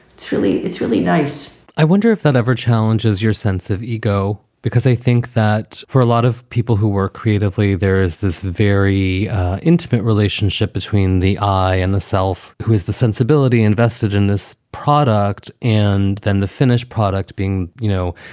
it's really it's really nice i wonder if that ever challenges your sense of ego, because they think that for a lot of people who are creatively, there is this very intimate relationship between the eye and the self. who is the sensibility invested in this product? and then the finished product being, you know,